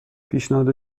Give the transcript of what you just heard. پیشنهاد